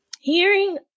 hearing